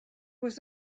was